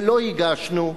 ולא הגשנו,